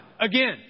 Again